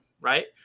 Right